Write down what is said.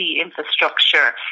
infrastructure